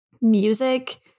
music